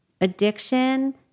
addiction